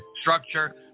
structure